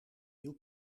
nieuw